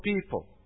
people